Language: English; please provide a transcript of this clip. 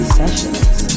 sessions